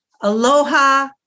Aloha